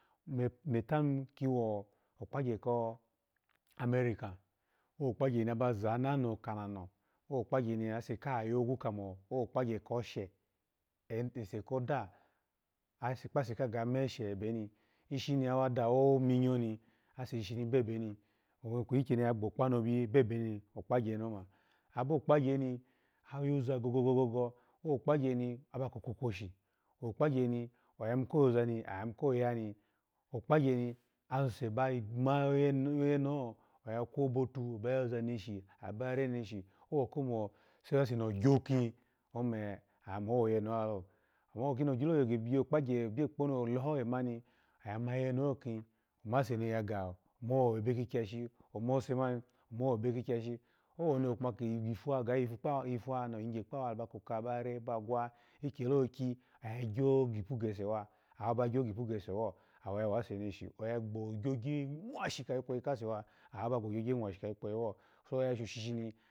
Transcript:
Ome- ometanu kiwo kpagye ka america, owo kpagye ni aba zananoko, owokpagye asekaha yomo okpagye koshe esekoda akpawasu kaha ga meshe ebeni ese koda akpaw asukaha gu gbeshe. Ishi ni adu wo minyoni aseshi shini gabebeni kulikyikyen. Agbokpa nubi bebeni okpagye ni oma, abo kpagyeni ayoza go go go go, owo kpa gyeni aba ko kwokwosha, okpagye oya yoza ni oya yimu koyani okpagye esuse ya yi- yimu ko amoyeneho ya kwobotu aba yo za neshi, aba reneshi, owu komo aseni agyo ki omaamo oyeneho lala, makini owoni oyole be ebe mani, amayeneho hi mase niga omowete kigyashi, omose ma ni omowebe kigyashi, owo koma ke gipu ga gipu kpawa yipuha ba koka bare bagwa ikyelo wiki, agye gipu gese wa, awaba gye gipu gese ho, awo ya wase neshi, oya gbogyogye mwashika ikweyi kase wa, awabagbogye ikweyi ho, oya shoshini.